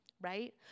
right